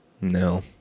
No